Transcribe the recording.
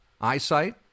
eyesight